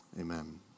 Amen